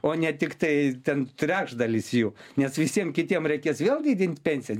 o ne tiktai ten trečdalis jų nes visiem kitiem reikės vėl didint pensiją